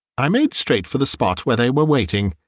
i made straight for the spot where they were waiting.